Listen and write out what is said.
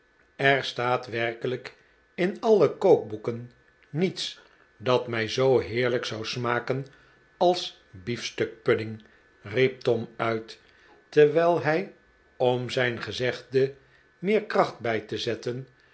er staat werkelijk in alle kookboeken niets dat mij zoo heerlijk zou smaken als biefstuk pudding riep tom uit terwijl hij om zijn gezegde meer kracht bij te zetten